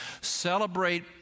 Celebrate